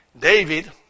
David